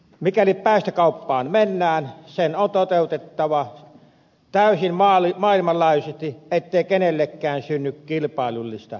mikäli päästökauppaan mennään se on toteutettava täysin maailmanlaajuisesti ettei kenellekään synny kilpailullista etua